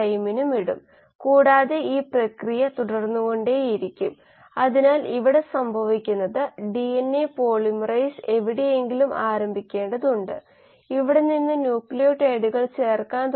r 0 S naught അളവുകളിൽ നിന്ന് സബ്സ്ട്രെടിന്റെ നിരക്ക് കണക്കാക്കാം അത് ശരിയാണ് നേരിട്ട് നിങ്ങൾക്ക് ഒന്നും കിട്ടില്ല r 3 r 4 മെറ്റാബോലൈറ്റ് അല്ലെങ്കിൽ ഉൽപന്ന രൂപീകരണ നിരക്ക് യഥാക്രമം C D അളവുകളിൽ നിന്ന് കണക്കാക്കാം